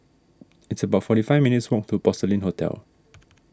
it's about forty five minutes' walk to Porcelain Hotel